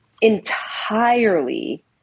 entirely